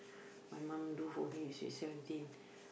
my mom do for me sweet seventeen